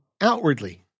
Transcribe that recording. outwardly